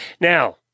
Now